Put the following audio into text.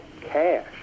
cash